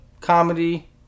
comedy